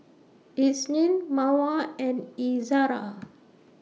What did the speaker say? Isnin Mawar and Izara